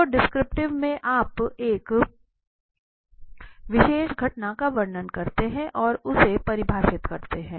तो डिस्क्रिप्टिव में आप एक विशेष घटना का वर्णन करते हैं और उसे परिभाषित करते हैं